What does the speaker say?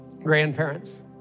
grandparents